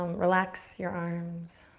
um relax your arms,